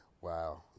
Wow